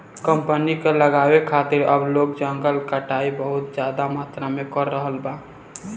company के लगावे खातिर अब लोग जंगल के कटाई बहुत ज्यादा मात्रा में कर रहल बा